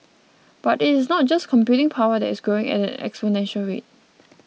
but it is not just computing power these growing at an exponential rate